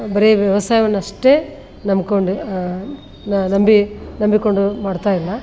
ಬರೀ ವ್ಯವಸಾಯವನ್ನಷ್ಟೆ ನಂಬ್ಕೊಂಡು ನಂಬಿ ನಂಬಿಕೊಂಡು ಮಾಡ್ತಾಯಿಲ್ಲ